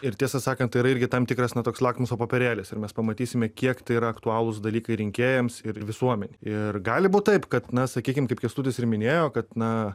ir tiesą sakant tai yra irgi tam tikras ne toks lakmuso popierėlis ir mes pamatysime kiek tai yra aktualūs dalykai rinkėjams ir visuomenei ir gali būt taip kad na sakykim kaip kęstutis ir minėjo kad na